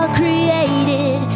created